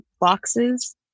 boxes